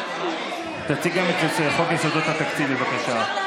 תציג גם את חוק יסודות התקציב, בבקשה.